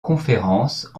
conférences